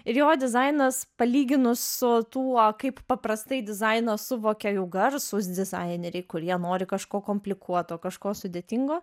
ir jo dizainas palyginus su tuo kaip paprastai dizainą suvokė jau garsūs dizaineriai kurie nori kažko komplikuoto kažko sudėtingo